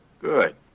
Good